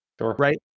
Right